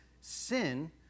sin